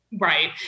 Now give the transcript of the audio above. Right